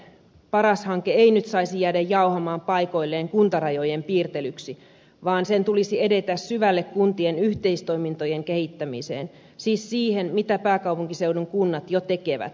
paras hanke ei nyt saisi jäädä jauhamaan paikoilleen kuntarajojen piirtelyksi vaan sen tulisi edetä syvälle kuntien yhteistoimintojen kehittämiseen siis siihen mitä pääkaupunkiseudun kunnat jo tekevät